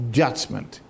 judgment